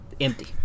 empty